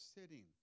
sitting